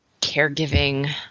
caregiving